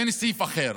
אין סעיף אחר.